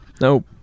Nope